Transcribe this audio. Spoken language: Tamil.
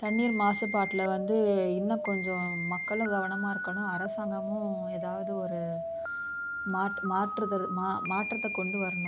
தண்ணீர் மாசுபாட்டில் வந்து இன்னும் கொஞ்சம் மக்களும் கவனமாக இருக்கணும் அரசாங்கமும் ஏதாவது ஒரு மாற்று மாற்றுதரு மா மாற்றத்தை கொண்டு வரணும்